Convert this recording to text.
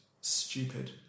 stupid